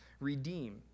redeem